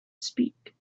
speak